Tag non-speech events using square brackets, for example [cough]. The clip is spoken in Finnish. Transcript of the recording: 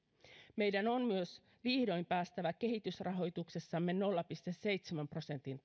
meidän on vihdoin myös päästävä kehitysrahoituksessamme nolla pilkku seitsemän prosentin [unintelligible]